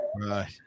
Right